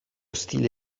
stile